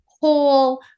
whole